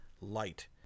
light